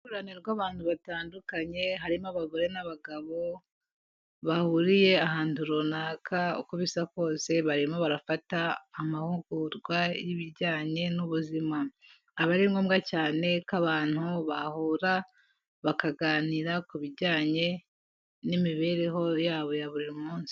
Uruhurirane rw'abantu batandukanye harimo abagore n'abagabo bahuriye ahantu runaka, uko bisa kose barimo barafata amahugurwa y'ibijyanye n'ubuzima. Aba ari ngombwa cyane ko abantu bahura bakaganira ku bijyanye n'imibereho yabo ya buri munsi.